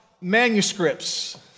manuscripts